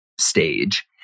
stage